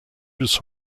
bis